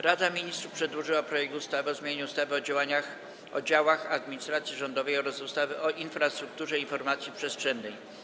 Rada Ministrów przedłożyła projekt ustawy o zmianie ustawy o działach administracji rządowej oraz ustawy o infrastrukturze informacji przestrzennej.